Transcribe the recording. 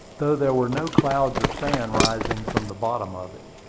though there were no clouds of sand rising from the bottom of it.